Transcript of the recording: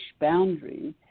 boundaries